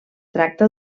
tracta